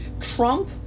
Trump